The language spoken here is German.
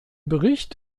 bericht